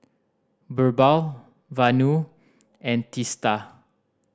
Birbal Vanu and Teesta